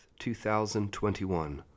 2021